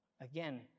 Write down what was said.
Again